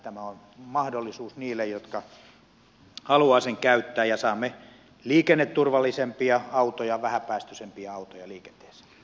tämä on mahdollisuus niille jotka haluavat sen käyttää ja saamme liikenneturvallisempia autoja vähäpäästöisempiä autoja liikenteeseen